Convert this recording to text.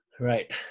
right